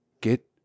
get